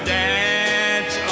dance